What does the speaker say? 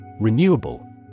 Renewable